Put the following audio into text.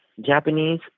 Japanese